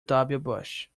bush